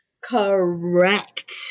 Correct